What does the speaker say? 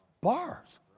Bars